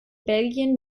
belgien